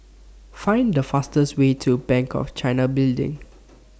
Find The fastest Way to Bank of China Building